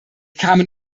kamen